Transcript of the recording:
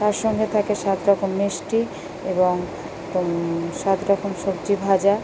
তার সঙ্গে থাকে সাত রকম মিষ্টি এবং সাত রকম সবজি ভাজা